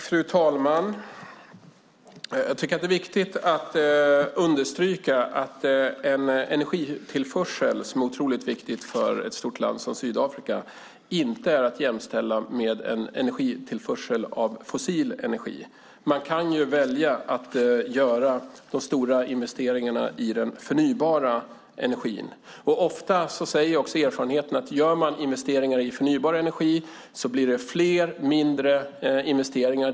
Fru talman! Jag tycker att det är viktigt att understryka att en energitillförsel, som är otroligt viktig för ett stort land som Sydafrika, inte är att jämställa med en energitillförsel av fossil energi. Man kan välja att göra de stora investeringarna i förnybar energi. Ofta säger också erfarenheterna att om man gör investeringar i förnybar energi blir det fler mindre investeringar.